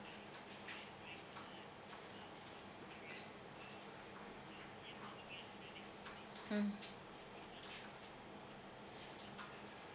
mm